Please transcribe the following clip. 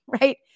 right